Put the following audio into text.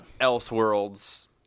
Elseworlds